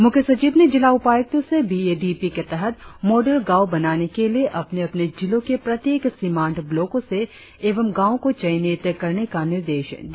मुख्य सचिव ने जिला उपायुक्तों से बी ए डी पी के तहत मॉडल गांव बनाने के लिए अपने अपने जिलों के प्रत्येक सीमांत ब्लोको से एवं गांव को चयनित करने का निर्देश दिया